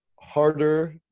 harder